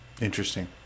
Interesting